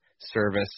service